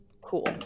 Cool